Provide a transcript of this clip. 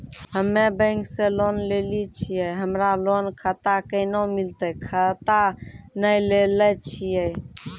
हम्मे बैंक से लोन लेली छियै हमरा लोन खाता कैना मिलतै खाता नैय लैलै छियै?